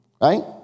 right